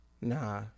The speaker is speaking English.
Nah